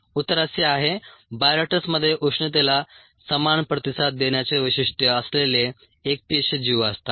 उत्तर असे आहे बायोरिएक्टर्समध्ये उष्णतेला समान प्रतिसाद देण्याचे वैशिष्ट्य असलेले एकपेशीय जीव असतात